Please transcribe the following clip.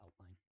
outline